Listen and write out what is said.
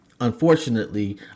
Unfortunately